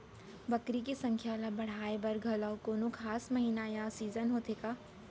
बकरी के संख्या ला बढ़ाए बर घलव कोनो खास महीना या सीजन होथे का?